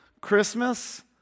Christmas